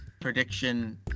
prediction